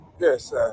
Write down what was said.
Yes